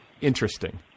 interesting